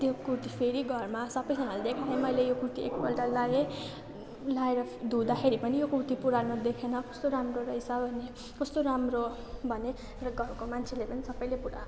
त्यो कुर्ती फेरि घरमा सबैजनालाई देखाएँ मैले यो कुर्ती एकपल्ट लगाएँ लगाएर धुँदाखेरि पनि यो कुर्ती पुरानो देखिएन कस्तो राम्रो रहेछ भने कस्तो राम्रो भने र घरको मान्छेले पनि सबैले पुरा